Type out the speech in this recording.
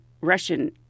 Russian